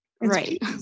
Right